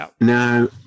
Now